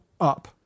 up